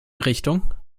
richtung